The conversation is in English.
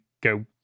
go